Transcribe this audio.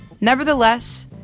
Nevertheless